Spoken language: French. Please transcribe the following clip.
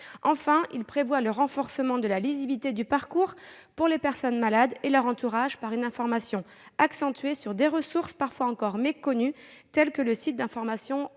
Enfin, il prévoit le renforcement de la lisibilité du parcours pour les personnes malades et leur entourage par une information accentuée sur des ressources parfois encore méconnues, telles que le site d'information